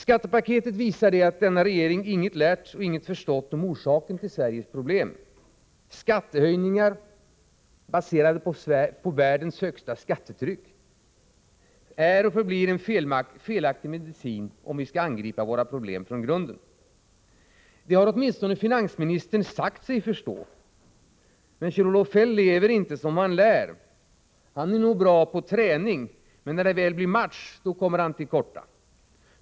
Skattepaketet visar att denna regering inget lärt och inget förstått om orsaken till Sveriges problem. Skattehöjningar baserade på världens högsta skattetryck är och förblir en felaktig medicin, om vi skall angripa våra problem från grunden. Det har åtminstone finansministern sagt sig förstå. Men Kjell-Olof Feldt lever inte som han lär. Han är nog bra på träning. Men när det väl blir match, kommer han till korta.